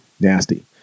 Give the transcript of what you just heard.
Nasty